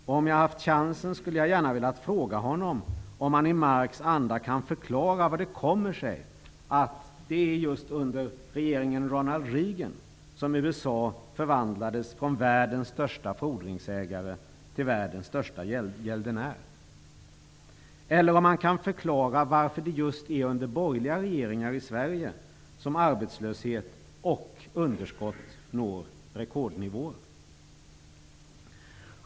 Om jag hade haft chansen skulle jag ha velat fråga honom om han i Marx anda kan förklara hur det kommer sig att det var just under regeringen Ronald Reagan som USA förvandlades från världens största fordringsägare till världens största gäldenär, eller om han kan förklara varför det är just under borgerliga regeringar i Sverige som arbetslöshet och underskott når rekordnivåer.